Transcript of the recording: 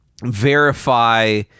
verify